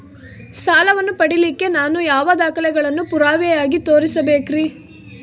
ಸಾಲವನ್ನು ಪಡಿಲಿಕ್ಕೆ ನಾನು ಯಾವ ದಾಖಲೆಗಳನ್ನು ಪುರಾವೆಯಾಗಿ ತೋರಿಸಬೇಕ್ರಿ?